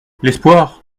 l’espoir